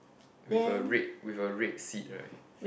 with a red with a red seat right